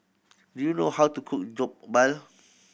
do you know how to cook Jokbal